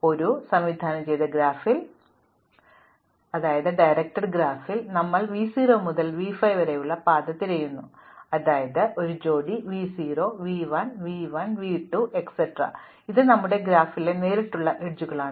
അതിനാൽ ഒരു സംവിധാനം ചെയ്ത ഗ്രാഫിൽ ഞങ്ങൾ v 0 മുതൽ v 5 വരെയുള്ള പാത തിരയുന്നു അതായത് ഓരോ ജോഡി v 0 v 1 v 1 v2 etcetera ഇവ ഞങ്ങളുടെ ഗ്രാഫിലെ നേരിട്ടുള്ള അരികുകളാണ്